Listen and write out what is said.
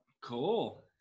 cool